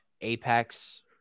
apex